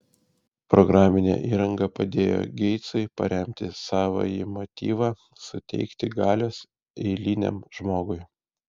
programinė įranga padėjo geitsui paremti savąjį motyvą suteikti galios eiliniam žmogui